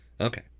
Okay